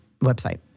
website